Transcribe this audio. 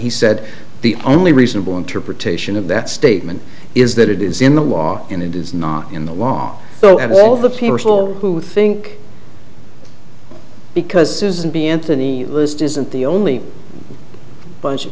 he said the only reasonable interpretation of that statement is that it is in the law and it is not in the long so at all the people who think because susan b anthony list isn't the only bunch of